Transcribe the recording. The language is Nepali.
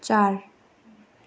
चार